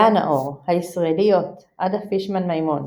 לאה נאור, "הישראליות" - עדה פישמן מימון,